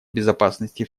безопасности